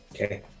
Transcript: okay